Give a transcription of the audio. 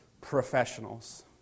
professionals